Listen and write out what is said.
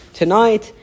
tonight